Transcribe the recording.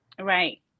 right